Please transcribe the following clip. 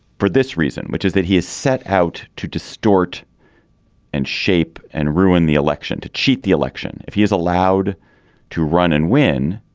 for this reason which is that he is set out to distort and shape and ruin the election to cheat the election if he is allowed to run and win.